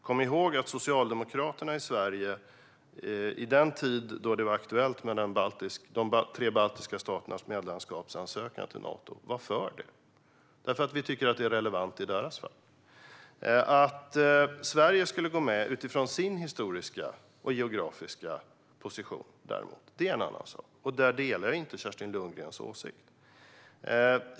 Kom ihåg att Socialdemokraterna i Sverige vid den tid då det var aktuellt med ansökan om medlemskap i Nato för de tre baltiska staterna var för detta, eftersom vi tyckte att det var relevant i deras fall. Att Sverige skulle gå med i Nato, utifrån sin historiska och geografiska position, är däremot en annan sak. Där delar jag inte Kerstin Lundgrens åsikt.